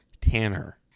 Tanner